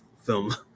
film